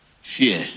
fear